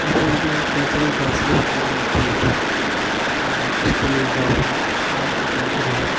അപ്പോഴേക്ക് ടീച്ചർ ക്ലാസ്സിൽ വന്ന് ചോദിച്ചു ആർക്കൊക്കെ സ്കൂൾ ലീഡർ ആവണം ആർക്ക് താല്പര്യമുണ്ടെന്ന്